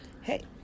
Hey